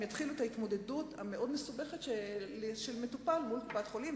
הם יתחילו את ההתמודדות המאוד מסובכת של מטופל מול קופת-החולים,